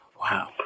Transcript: wow